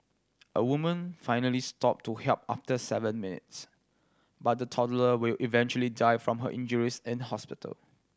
a woman finally stopped to help after seven minutes but the toddler will eventually die from her injuries in hospital